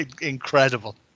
incredible